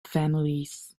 families